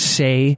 say